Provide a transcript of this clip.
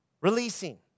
releasing